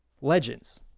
legends